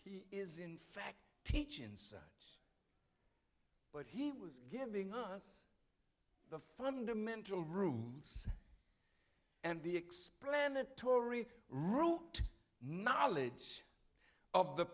he is in fact teach in science but he was giving us the fundamental rules and the explanatory root knowledge of the